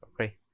okay